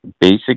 basic